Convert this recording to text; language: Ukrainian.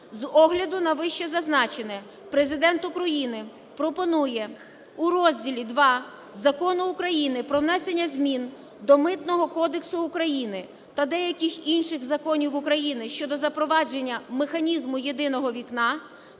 З огляду на вищезазначене Президент України пропонує у розділі ІІ Закону України "Про внесення змін до Митного кодексу України та деяких інших законів України щодо запровадження механізму "єдиного вікна"